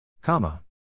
Comma